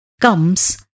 comes